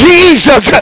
Jesus